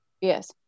Yes